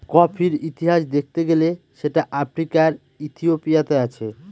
কফির ইতিহাস দেখতে গেলে সেটা আফ্রিকার ইথিওপিয়াতে আছে